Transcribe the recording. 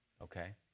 okay